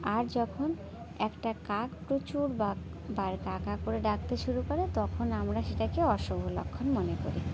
আর যখন একটা কাক প্রচুর বার কা কা করে ডাকতে শুরু করে তখন আমরা সেটাকে অশুভ লক্ষণ মনে করি